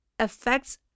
affects